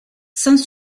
sans